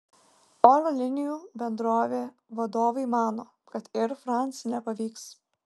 oro linijų bendrovė vadovai mano kad air france nepavyks